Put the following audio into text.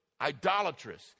idolatrous